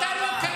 אני לא רוצה